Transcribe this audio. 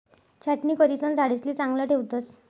छाटणी करिसन झाडेसले चांगलं ठेवतस